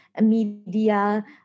media